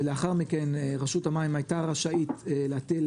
ולאחר מכן רשות המים הייתה רשאית להטיל